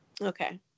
Okay